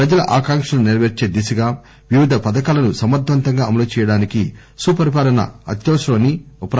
ప్రజల ఆకాంక్షలను నెరవేర్చే దిశగా వివిధ పథకాలను సమర్గవంతంగా అమలు చేయడానికి సుపరిపాలన అత్యవసరం అని ఉపరాష్ణపతి అన్నారు